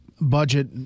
budget